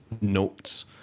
notes